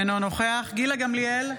אינו נוכח גילה גמליאל,